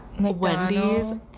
wendy's